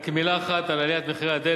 רק מלה אחת על עליית מחירי הדלק: